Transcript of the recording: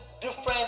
different